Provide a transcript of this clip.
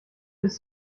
ist